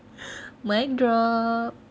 mic drop